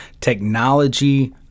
Technology